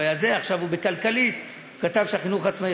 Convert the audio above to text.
עכשיו הוא ב"כלכליסט" הוא כתב שהחינוך העצמאי,